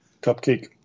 Cupcake